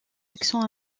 accent